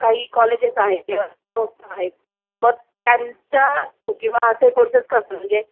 काही कॉलेजेस आहेत किंवा संस्था आहेत मग त्यांच्या किंवा असे कोर्सेस करतात म्हणजे